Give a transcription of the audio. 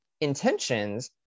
intentions